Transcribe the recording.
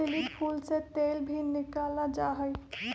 lily फूल से तेल भी निकाला जाहई